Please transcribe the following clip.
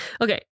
Okay